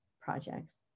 projects